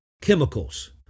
chemicals